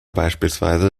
beispielsweise